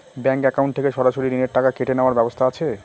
Bank account থেকে সরাসরি ঋণের টাকা কেটে নেওয়ার ব্যবস্থা আছে?